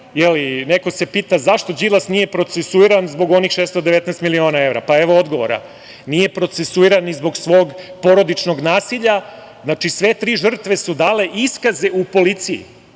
Neko se pita zašto Đilas nije procesuiran zbog onih 619 miliona evra. Evo odgovora – nije procesuiran ni zbog svog porodičnog nasilja. Znači, sve tri žrtve su dale iskaze u policiji.